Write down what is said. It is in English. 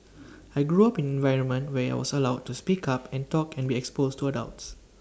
I grew up in environment where I was allowed to speak up and talk and be exposed to adults